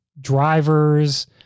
drivers